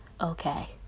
okay